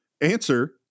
answer